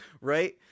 right